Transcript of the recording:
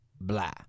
blah